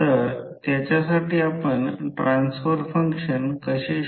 तर आपण मिन पाथ घेतो